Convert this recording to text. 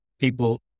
people